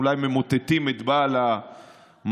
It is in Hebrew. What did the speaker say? ואולי גם ממוטטים את בעל המטע,